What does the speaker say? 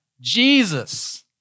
Jesus